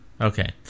Okay